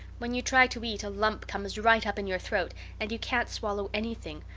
when you try to eat a lump comes right up in your throat and you can't swallow anything,